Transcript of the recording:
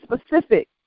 specific